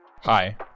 Hi